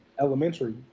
elementary